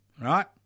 right